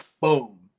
boom